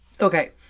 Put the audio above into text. Okay